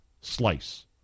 slice